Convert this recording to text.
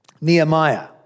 Nehemiah